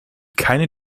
keine